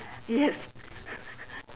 yes